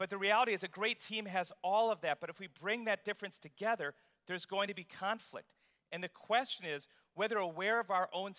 but the reality is a great team has all of that but if we bring that difference together there's going to be conflict and the question is whether aware of our own